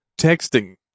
texting